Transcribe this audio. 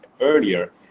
earlier